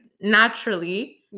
naturally